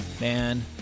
man